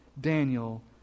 Daniel